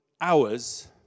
hours